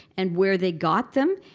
and where they got them?